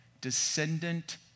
descendant